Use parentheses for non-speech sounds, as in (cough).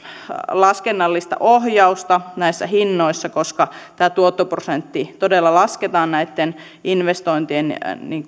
laskennallista ohjausta näissä hinnoissa koska tämä tuottoprosentti todella lasketaan (unintelligible) (unintelligible) investointien